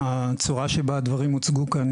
שהתוכנית עמדה בכל הדרישות שציינתי כרגע.